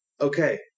okay